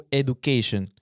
education